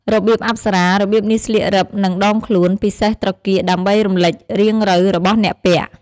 របៀបអប្សរា របៀបនេះស្លៀករឹបនឹងដងខ្លួន ពិសេសត្រគាក ដើម្បីរំលេចរាងរៅរបស់អ្នកពាក់។